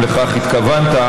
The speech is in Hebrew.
אם לכך התכוונת,